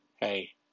hey